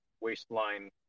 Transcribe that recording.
waistline